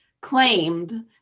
claimed